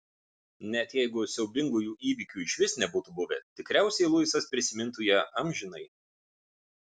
net jeigu siaubingųjų įvykių išvis nebūtų buvę tikriausiai luisas prisimintų ją amžinai